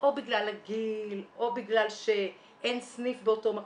או בגלל הגיל או בגלל שאין סניף באותו מקום.